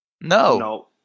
No